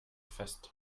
fest